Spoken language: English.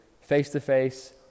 face-to-face